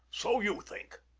so you think.